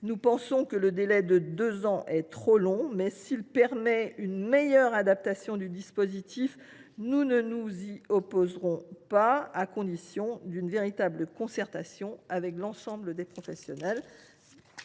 Nous estimons que le délai de deux ans est trop long, mais, s’il permet une meilleure adaptation du dispositif, nous ne nous y opposerons pas, à condition d’organiser une véritable concertation avec l’ensemble des professionnels